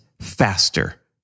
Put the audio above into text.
faster